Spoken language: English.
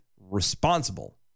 responsible